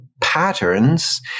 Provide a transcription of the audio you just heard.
patterns